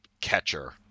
catcher